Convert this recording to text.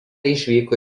išvyko